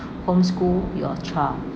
home school your child